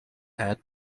head